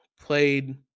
played